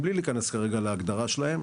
בלי להיכנס כרגע להגדרה שלהם,